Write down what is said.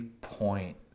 point